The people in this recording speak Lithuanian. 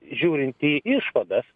žiūrint į išvadas